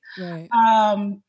Right